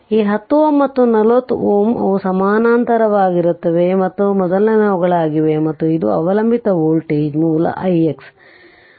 ಆದ್ದರಿಂದ ಈ 10 Ω ಮತ್ತು 40 Ω ಅವು ಸಮಾನಾಂತರವಾಗಿರುತ್ತವೆ ಮತ್ತು ಮೊದಲಿನವುಗಳಾಗಿವೆ ಮತ್ತು ಇದು ಅವಲಂಬಿತ ವೋಲ್ಟೇಜ್ ಮೂಲix ix '